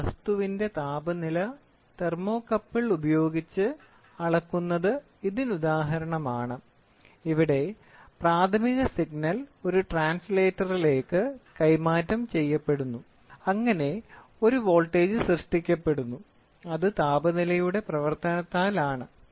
ഒരു വസ്തുവിന്റെ താപനില തെർമോകപ്പിൾ ഉപയോഗിച്ച് അളക്കുന്നത് ഇതിനുദാഹരണമാണ് ഇവിടെ പ്രാഥമിക സിഗ്നൽ ഒരു ട്രാൻസ്ലേറ്ററിലേക്ക് കൈമാറ്റം ചെയ്യപ്പെടുന്നു അങ്ങനെ ഒരു വോൾട്ടേജ് സൃഷ്ടിക്കപ്പെടുന്നു അത് താപനിലയുടെ പ്രവർത്തനത്താലാണ്